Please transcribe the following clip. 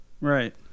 Right